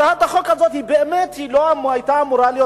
הצעת החוק הזאת באמת לא היתה אמורה להיות